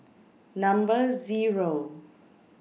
Number Zero